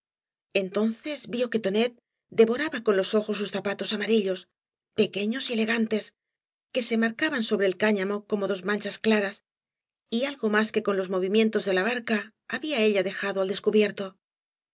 entonces vio que tonet devo raba con los ojos sus zapatos amarillos pequeños y elegantes que se marcaban sobre el cáñamo eomo dos manchas claras y algo más que con los oakas t barro movimientos de la barca había ella dejado al deaeubierto